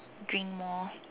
drink more